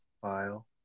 file